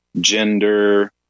gender